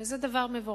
וזה דבר מבורך,